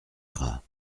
gras